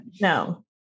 No